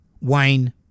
Wayne